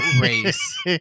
race